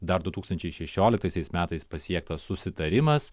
dar du tūkstančiai šešioliktais metais pasiektas susitarimas